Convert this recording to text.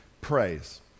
praise